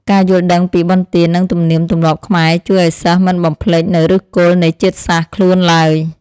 ការយល់ដឹងពីបុណ្យទាននិងទំនៀមទម្លាប់ខ្មែរជួយឱ្យសិស្សមិនបំភ្លេចនូវឫសគល់នៃជាតិសាសន៍ខ្លួនឡើយ។